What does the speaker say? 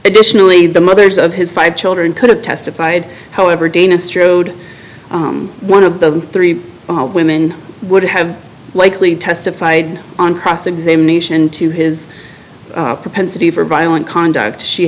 additionally the mothers of his five children could have testified however dana strode one of the three women would have likely testified on cross examination to his propensity for violent conduct she